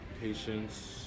patience